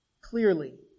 clearly